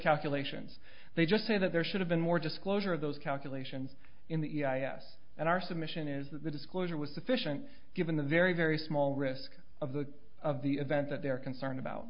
calculations they just say that there should have been more disclosure of those calculations in the us and our submission is that the disclosure was sufficient given the very very small risk of the of the event that they're concerned about